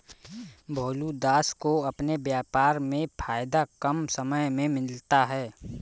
भोलू दास को अपने व्यापार में फायदा कम समय में मिलता है